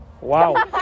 Wow